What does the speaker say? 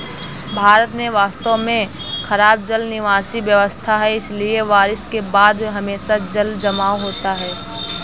भारत में वास्तव में खराब जल निकासी व्यवस्था है, इसलिए बारिश के बाद हमेशा जलजमाव होता है